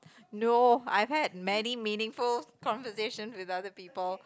no I hate many meaningful conversation with other people